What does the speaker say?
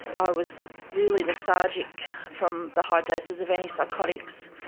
i was really lethargic from the high doses of antipsychotics,